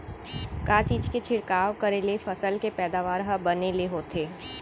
का चीज के छिड़काव करें ले फसल के पैदावार ह बने ले होथे?